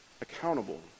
accountable